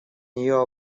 нее